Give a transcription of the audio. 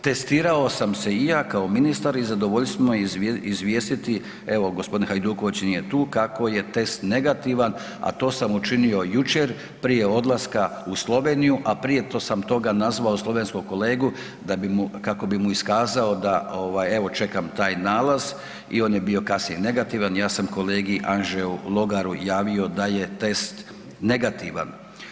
Testirao sam se i ja kao ministar i zadovoljstvo mi je izvijestiti, evo gospodin Hajduković nije tu kako je test negativan, a to sam učinio jučer prije odlaska u Sloveniju, a prije toga sam nazvao slovenskog kolegu da bi mu, kako bi mu iskazao da ovaj, evo čekam taj nalaz i on je bio kasnije negativan i ja sam kolegi Anžeu Logaru javio da je test negativan.